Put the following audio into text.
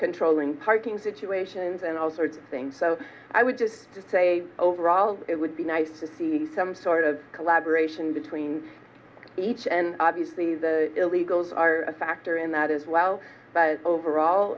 controlling parking situations and all sorts of things so i would say overall it would be nice to see some sort of collaboration between each and obviously the illegals are a factor in that as well but overall